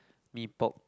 Mee-Pok